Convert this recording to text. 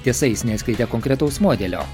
tiesa jis neatskleidė konkretaus modelio